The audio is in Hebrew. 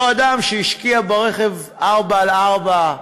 אותו אדם שהשקיע ברכב 4x4,